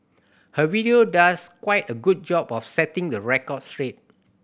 her video does quite a good job of setting the record straight